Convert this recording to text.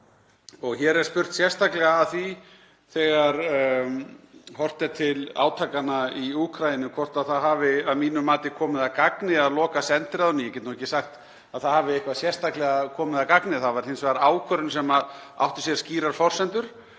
Hér er spurt sérstaklega að því þegar horft er til átakanna í Úkraínu, hvort það hafi að mínu mati komið að gagni að loka sendiráðinu. Ég get ekki sagt að það hafi eitthvað sérstaklega komið að gagni. Það var hins vegar ákvörðun sem átti sér skýrar forsendur,